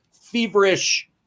feverish –